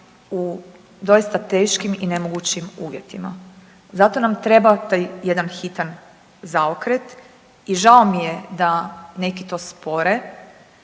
u doista teškim i nemogućim uvjetima. Zato nam treba taj jedan hitan zaokret i žao mi je da neki to spore,